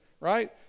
right